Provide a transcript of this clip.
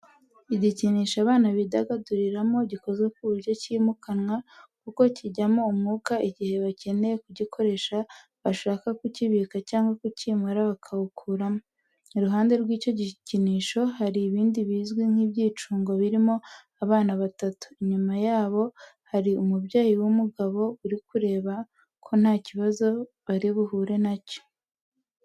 Igikinisho abana bidagaduriramo gikoze ku buryo cyimukanwa kuko kijyamo umwuka igihe bakeneye kugikoresha bashaka kukibika cyangwa kucyimura bakawukuramo. Iruhande rw'icyo gikinisho hari ibindi bizwi nk'ibyicungo birimo abana batatu, inyuma yabo hari umubyeyi w'umugabo uri kureba ko nta kibazo bari buhure na cyo.